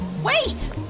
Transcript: Wait